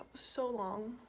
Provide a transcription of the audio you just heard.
so long.